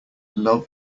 love